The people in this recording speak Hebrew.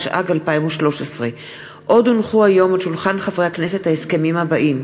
התשע"ג 2013. עוד הונחו היום על שולחן הכנסת ההסכמים האלה,